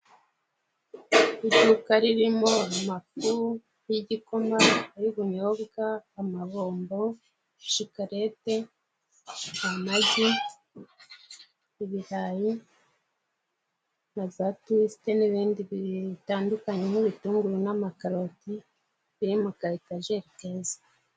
Iduka ririmo: amafu y'igikoma, ay'ubunyobwa, amabombo, shikarete, amagi, ibirayi na za twisite n'ibindi bintu bitandukanye nk'ibitunguru n'amakaroti biri mu ka etejeri keza.